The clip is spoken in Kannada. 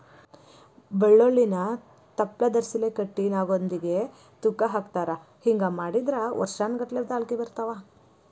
ಬಳ್ಳೋಳ್ಳಿನ ತಪ್ಲದರ್ಸಿಲೆ ಕಟ್ಟಿ ನಾಗೊಂದಿಗೆ ತೂಗಹಾಕತಾರ ಹಿಂಗ ಮಾಡಿದ್ರ ವರ್ಸಾನಗಟ್ಲೆ ತಾಳ್ಕಿ ಬರ್ತಾವ